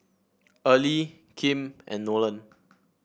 Early Kim and Nolan